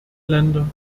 länder